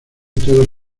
todo